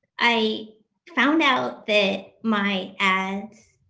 i found out that my ads,